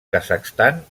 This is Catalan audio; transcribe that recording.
kazakhstan